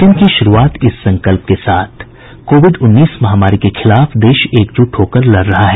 bulletin की शुरूआत इस संकल्प के साथ कोविड उन्नीस महामारी के खिलाफ देश एकजुट होकर लड़ रहा है